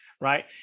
right